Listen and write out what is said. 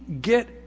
get